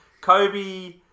kobe